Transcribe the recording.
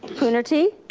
coonerty?